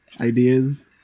ideas